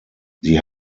sie